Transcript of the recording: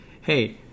hey